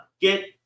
get